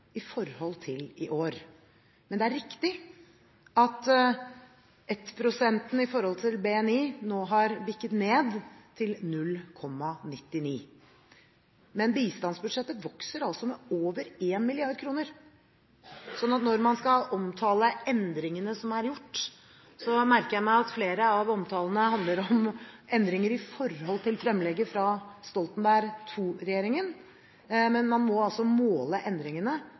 i forhold til i år. Det er riktig at 1 pst-målet i forhold til BNI nå har bikket ned til 0,99 pst., men bistandsbudsjettet vokser altså med over 1 mrd. kr. Når man skal omtale endringene som er gjort, merker jeg meg at flere av omtalene handler om endringer i forhold til fremlegget fra Stoltenberg II-regjeringen, men man må altså måle endringene i forhold til inneværende år, som er det vi måler endringene